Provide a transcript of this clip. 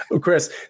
Chris